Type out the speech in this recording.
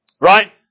Right